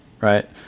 right